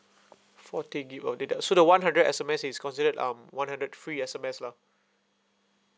forty gig of data so the one hundred S_M_S is considered um one hundred free S_M_S lah